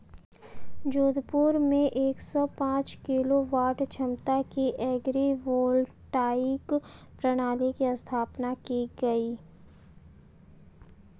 जोधपुर में एक सौ पांच किलोवाट क्षमता की एग्री वोल्टाइक प्रणाली की स्थापना की गयी